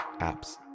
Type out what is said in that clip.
apps